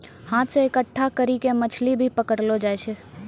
हाथ से इकट्ठा करी के मछली भी पकड़लो जाय छै